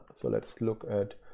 so let's look at